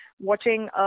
watching